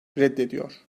reddediyor